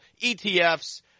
ETFs